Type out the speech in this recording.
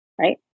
right